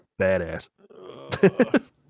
badass